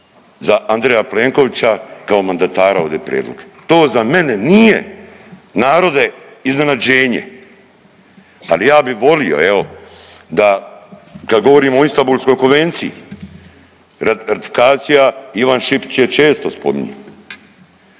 za Andreja Plenkovića kao mandatara ovdje prijedlog. To za mene nije narode iznenađenje. Ali ja bi volio evo da kad govorimo o Istanbulskoj konvenciji, ratifikacija Ivan Šipić je često spominje,